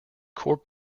core